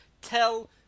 tell